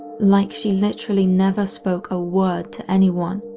like she literally never spoke a word to anyone.